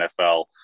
NFL